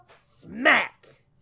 smack